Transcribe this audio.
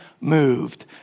moved